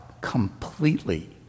completely